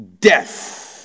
death